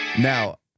Now